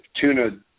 tuna